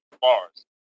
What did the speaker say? bars